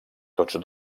tots